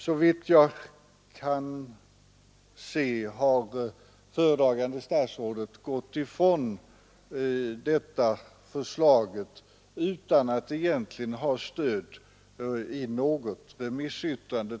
Såvitt jag kan se har föredragande statsrådet gått ifrån detta förslag utan att de egentligen har stöd i något remissyttrande.